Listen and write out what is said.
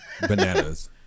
bananas